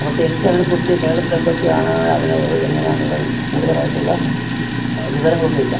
പക്ഷെ എനിക്ക് അതിനെ കുറിച്ച് കേരളത്തിൽ എന്തൊക്കെയാണ് അത് എവിടെ എങ്ങനെയാണെന്നുളള കൂടുതലായിട്ടുള്ള വിവരങ്ങൾ ഒന്നും ഇല്ല